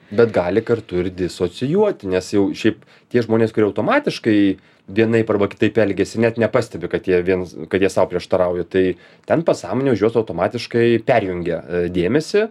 bet gali kartu ir disocijuoti nes jau šiaip tie žmonės kurie automatiškai vienaip arba kitaip elgiasi net nepastebi kad jie viens kad jie sau prieštarauja tai ten pasąmonė už juos automatiškai perjungia dėmesį